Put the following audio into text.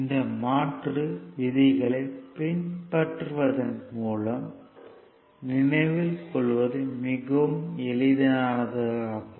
இந்த மாற்று விதிகளைப் பின்பற்றுவதன் மூலம் நினைவில் கொள்வது மிகவும் எளிதானது ஆகும்